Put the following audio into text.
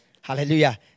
Hallelujah